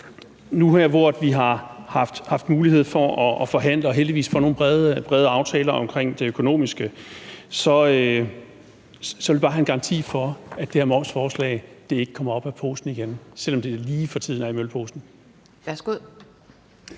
nu her, hvor vi har haft mulighed for at forhandle og heldigvis fået nogle brede aftaler omkring det økonomiske, have en garanti for, at det her momsforslag ikke kommer op af posen igen, selv om det for tiden er i mølposen.